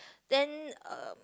then uh